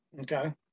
Okay